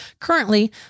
currently